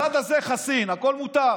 הצד הזה חסין, הכול מותר.